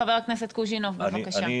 חבר הכנסת קוז'ינוב, בבקשה.